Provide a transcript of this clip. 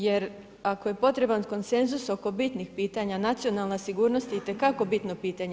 Jer ako je potreban konsenzus oko bitnih pitanja nacionalna sigurnost je itekako bitno pitanje.